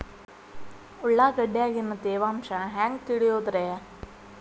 ಉಳ್ಳಾಗಡ್ಯಾಗಿನ ತೇವಾಂಶ ಹ್ಯಾಂಗ್ ತಿಳಿಯೋದ್ರೇ?